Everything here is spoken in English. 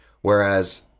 Whereas